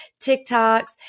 TikToks